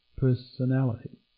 personality